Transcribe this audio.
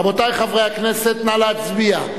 רבותי חברי הכנסת, נא להצביע.